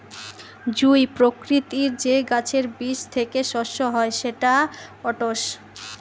জুঁই প্রকৃতির যে গাছের বীজ থেকে শস্য হয় সেটা ওটস